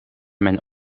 mijn